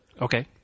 Okay